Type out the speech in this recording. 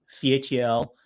CATL